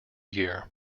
year